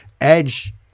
Edge